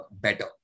better